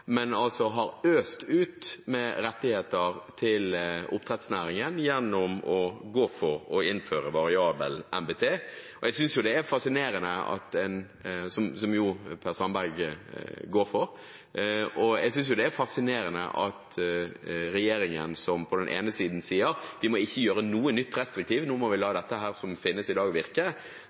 men har øst ut med rettigheter til oppdrettsnæringen gjennom å gå for å innføre variabel MTB, som jo Per Sandberg går for. Jeg synes det er fascinerende at regjeringen på den ene siden sier at vi må ikke gjøre noe nytt restriktivt, at vi må la det som finnes i dag,